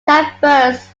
traversed